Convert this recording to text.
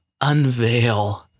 unveil